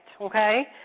okay